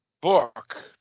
book